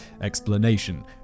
explanation